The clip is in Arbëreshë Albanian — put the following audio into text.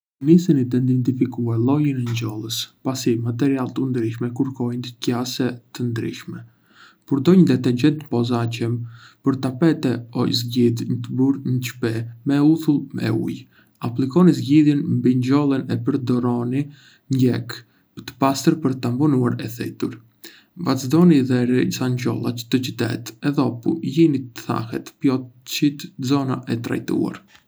Nisëni të identifikuar llojin e njollës, pasi materiale të ndryshme kërkojndë qasje të ndryshme. Përdor një detergjent të posaçëm për tapete o një zgjidhje të bërë ndë shtëpi me uthull e ujë. Aplikoni zgjidhjen mbi njollën e përdorni një leckë të pastër për të tamponuar e thithur. Vazhdoni deri sa njolla të zhtët e dhopu lërini të thahet plotësisht zona e trajtuar.